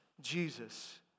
Jesus